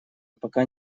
пока